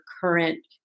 current